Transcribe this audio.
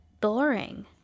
boring